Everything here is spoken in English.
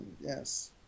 yes